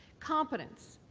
competence.